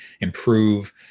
improve